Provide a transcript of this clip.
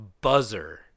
buzzer